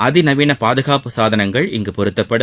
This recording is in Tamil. அதிநவீன பாதுகாப்பு சாதனங்கள் இங்கு பொருத்தப்படும்